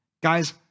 Guys